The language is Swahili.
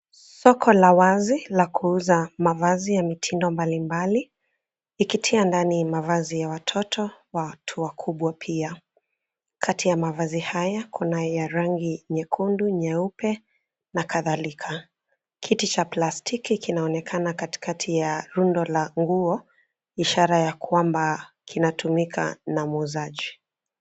Soko la wazi la kuuza mavazi ya mitindo mbalimbali ikitia ndani mavazi ya watoto na watu wakubwa pia. Kati ya mavazi haya kuna ya rangi nyekundu, nyeupe na kadhalika. Kiti cha plastiki kinaonekana katikati ya lundo la nguo ishara ya kwamba kinatumika na muuzaji.